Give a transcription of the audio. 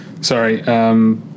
Sorry